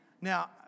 Now